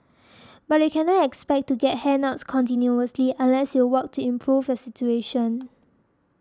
but you cannot expect to get handouts continuously unless you work to improve your situation